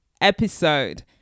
episode